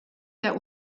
der